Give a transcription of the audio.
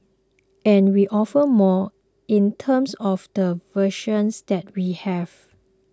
and we offer more in terms of the version that we have